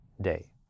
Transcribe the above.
day